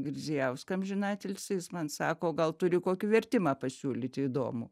girdzijauską amžinatilsį jis man sako gal turi kokį vertimą pasiūlyti įdomų